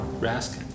Rask